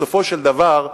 בסופו של דבר,